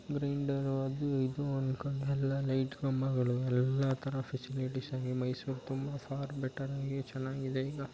grinder ಅದು ಇದು ಅನ್ಕೊಂಡು ಎಲ್ಲ ಲೈಟ್ ಕಂಬಗಳು ಎಲ್ಲ ಥರ ಫೆಸಿಲಿಟಿಸ್ ಆಗಿ ಮೈಸೂರು ತುಂಬ ಫಾರ್ ಬೆಟರಾಗಿ ಚೆನ್ನಾಗಿದೆ ಈಗ